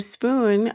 Spoon